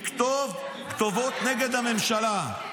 לכתוב כתובות נגד הממשלה.